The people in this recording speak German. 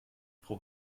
frau